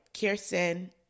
Kirsten